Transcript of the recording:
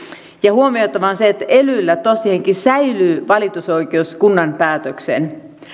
huomioitavaa on se että elyllä tosiaankin säilyy valitusoikeus kunnan päätökseen